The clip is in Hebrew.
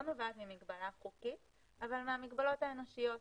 נובעת ממגבלה חוקית אלא מהמגבלות האנושיות.